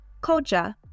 culture